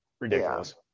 Ridiculous